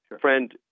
friend